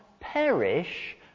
Perish